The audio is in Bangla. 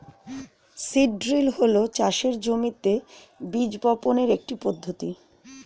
সিড ড্রিল হল চাষের জমিতে বীজ বপনের একটি পদ্ধতি